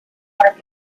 park